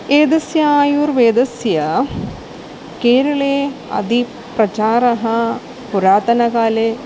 एतस्य आयुर्वेदस्य केरले अतिप्रचारः पुरातनकाले